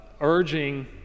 urging